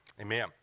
amen